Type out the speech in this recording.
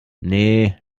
nee